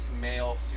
male